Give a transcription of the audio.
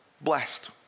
blessed